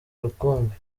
rukumbi